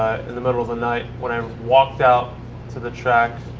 in the middle of the night when um walked out to the track.